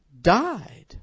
died